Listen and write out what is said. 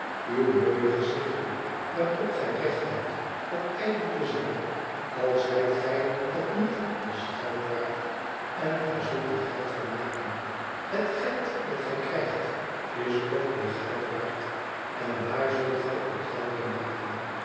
uw mooi gezichtje waarop gij recht hebt wat ijdel te zijn al zijt gij het niet is geld waard en gij zist er geld van maken het geld dat gij krijgt is ook weer geld waard en daar zult gij ook geld mee maken